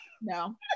No